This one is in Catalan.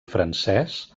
francès